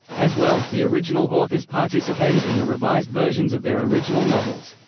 as well, the original authors participated in the revised versions of their original novels.